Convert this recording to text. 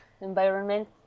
environment